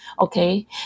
Okay